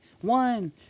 One